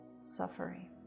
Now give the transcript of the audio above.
suffering